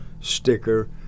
sticker